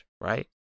right